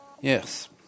Yes